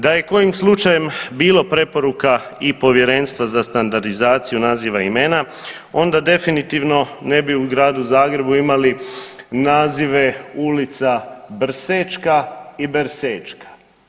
Da je kojim slučajem bilo preporuka i Povjerenstva za standardizaciju naziva imena, onda definitivno u Gradu Zagrebu imali nazive ulica Brsečka i Bersečka.